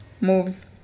moves